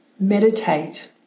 meditate